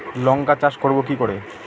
লঙ্কা চাষ করব কি করে?